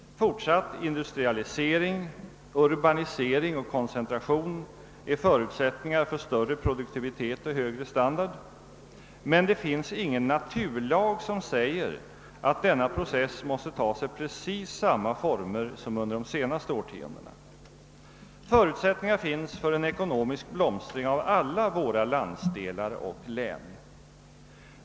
Fortsatt industrialisering, urbanisering och koncentration är förutsättningar för större produktivitet och högre standard, men det finns ingen naturlag som säger att denna process måste ta sig precis samma former som under de senaste årtiondena. Förutsättningar finns för en ekonomisk blomstring av alla våra landsdelar och län.